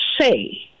say